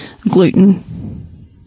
gluten